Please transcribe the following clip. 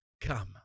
come